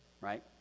Right